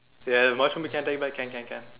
ya watch movie can't take back can can can